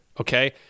okay